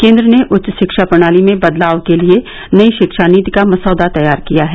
केन्द्र ने उच्च शिक्षा प्रणाली में बदलाव के लिए नई शिक्षा नीति का मसौदा तैयार किया है